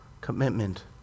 commitment